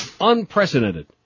unprecedented